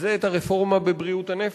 וזה את הרפורמה בבריאות הנפש.